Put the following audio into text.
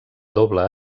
doble